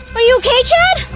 are you okay, chad?